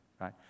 right